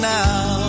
now